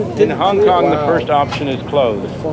in hong kong, the first option is closed.